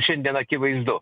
šiandien akivaizdu